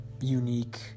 unique